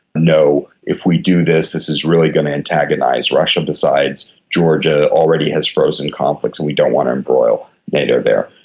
no, if we do this and this is really going to antagonise russia. besides, georgia already has frozen conflicts and we don't want to embroil nato there.